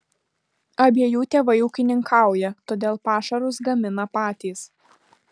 abiejų tėvai ūkininkauja todėl pašarus gamina patys